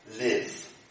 live